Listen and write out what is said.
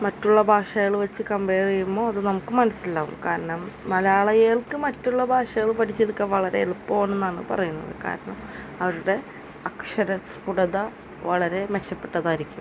മറ്റുള്ള ഭാഷകൾ വച്ച് കംമ്പയർ ചെയ്യുമ്പോൾ അത് നമുക്ക് മനസിലാവും കാരണം മലയാളികൾക്ക് മറ്റുള്ള ഭാഷകൾ പഠിച്ചെടുക്കാൻ വളരെ എളുപ്പം ആണെന്നാണ് പറയുന്നത് കാരണം അവരുടെ അക്ഷര സ്ഫുടത വളരെ മെച്ചപ്പെട്ടതായിരിക്കും